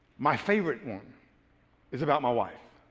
my favorite one is about my wife.